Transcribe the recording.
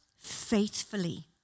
faithfully